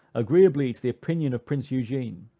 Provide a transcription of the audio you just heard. agreeably to the opinion of prince eugene,